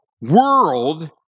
world